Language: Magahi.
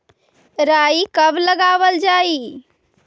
राई कब लगावल जाई?